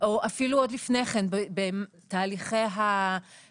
או אפילו עוד לפני כן בתהליכי המניעה,